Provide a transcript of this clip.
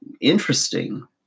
interesting